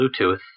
Bluetooth